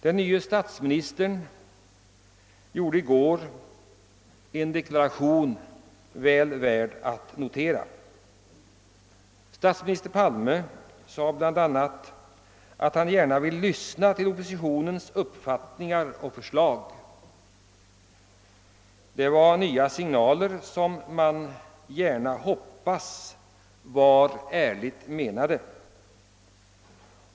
Den nye statsministern gjorde i går en deklaration som är väl värd att notera. Statsminister Palme sade bl.a. att han gärna vill lyssna till oppositionens uppfattningar och förslag. Det var nya signaler, som jag hoppas var allvarligt menade.